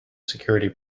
security